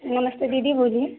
नमस्ते दीदी बोलिए